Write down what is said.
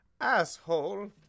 asshole